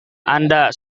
anda